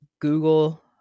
Google